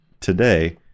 today